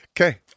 Okay